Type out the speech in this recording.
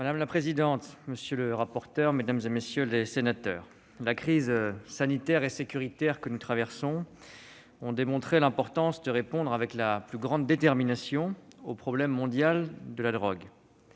Madame la présidente, monsieur le rapporteur, mesdames, messieurs les sénateurs, les crises sanitaire et sécuritaire que nous traversons ont démontré l'importance de répondre avec la plus grande détermination au problème mondial de la drogue.